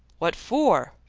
what for?